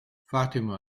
fatima